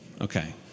Okay